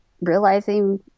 realizing